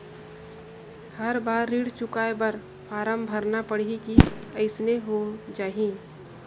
हर बार ऋण चुकाय बर फारम भरना पड़ही की अइसने हो जहीं?